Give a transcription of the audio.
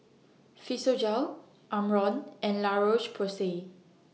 Physiogel Omron and La Roche Porsay